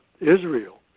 Israel